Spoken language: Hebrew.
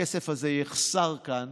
הכסף הזה יחסר כאן